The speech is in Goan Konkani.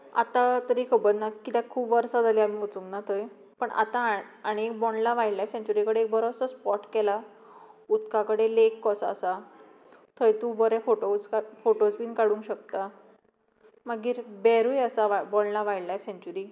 आतां तरी खबर ना कित्याक खूब वर्सां जालीं आमी वचूंक ना थंय पण आतां आनी एक बोंडला वायलड लायफ सॅंक्चुरी कडेन बरोसो स्पॉट केला उदका कडे लेक कसो आसा थंय तूं बरे फोटोस बीन काडपाक शकता मागीर बेरूय आसा बोंडला वायलड लायफ सॅंक्चुरींत